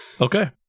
Okay